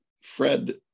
Fred